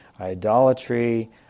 idolatry